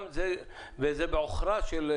זה בעוכרינו,